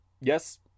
Yes